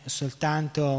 soltanto